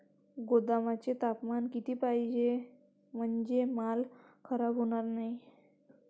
गोदामाचे तापमान किती पाहिजे? म्हणजे माल खराब होणार नाही?